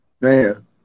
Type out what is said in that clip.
Man